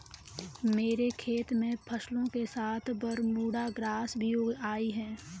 मेरे खेत में फसलों के साथ बरमूडा ग्रास भी उग आई हैं